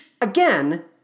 again